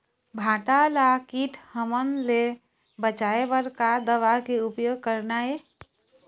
भांटा ला कीट हमन ले बचाए बर का दवा के उपयोग करना ये?